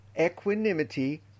equanimity